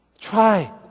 try